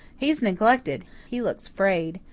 he's neglected he looks frayed.